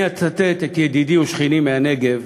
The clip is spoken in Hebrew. אני אצטט את ידידי ושכני מהנגב,